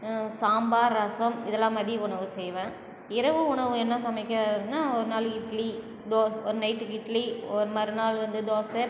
சாம்பார் ரசம் இதெல்லாம் மதிய உணவு செய்வேன் இரவு உணவு என்ன சமைக்கறதுன்னா ஒரு நாள் இட்லி தோ நைட் இட்லி ஒரு மறுநாள் வந்து தோசை